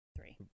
Three